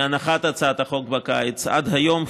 מהנחת הצעת החוק בקיץ ועד היום,